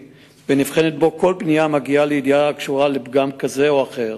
ונבחנת בו כל פנייה המגיעה לידיעה הקשורה לפגם כזה או אחר